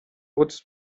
үзэл